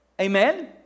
amen